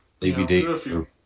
DVD